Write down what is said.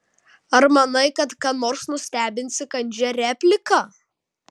ar manai kad ką nors nustebinsi kandžia replika